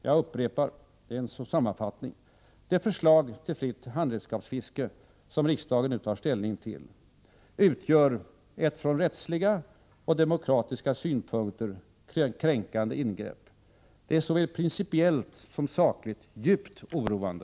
Jag upprepar — det är en sorts sammanfattning: Det förslag till fritt handredskapsfiske som riksdagen nu tar ställning till utgör ett från rättsliga och demokratiska synpunkter kränkande ingrepp. Det är såväl principiellt som sakligt djupt oroande.